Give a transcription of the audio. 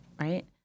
right